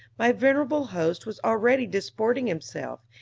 my venerable host was already disporting himself,